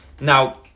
Now